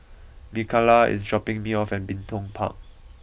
Mikalah is dropping me off at Bin Tong Park